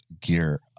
gear